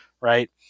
right